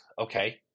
Okay